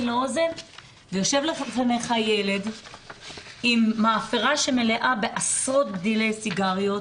לאוזן ויושב לפניך ילד עם מאפרה שמלאה בעשרות בדלי סיגריות,